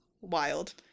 Wild